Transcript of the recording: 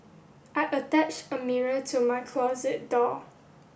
I attached a mirror to my closet door